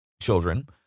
children